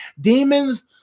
Demons